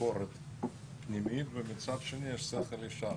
ביקורת פנימית ומצד שני יש שכל ישר,